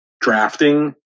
drafting